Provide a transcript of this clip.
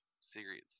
series